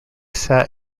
sat